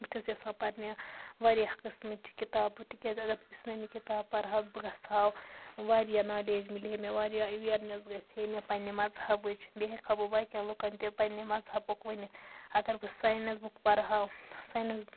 بہٕ چھَس یَژھان پرنہِ واریاہ قٕسمہٕ چہِ کِتابہٕ تِکیٛازِ اگر اِسلٲمی کِتابہٕ پَرٕ ہا بہٕ گژھٕ ہا واریاہ نالیج مِلہِ ہا مےٚ واریاہ ایٚویرنٮ۪س گژھِ ہا مےٚ پنٛنہِ مذہبٕچ بیٚیہِ ہیٚکہٕ ہا بہٕ باقٕیَن لُکَن تہِ پنٛنہِ مذہَبُک ؤنِتھ اگر بہٕ ساینَس بُک پَرٕ ہا ساینَس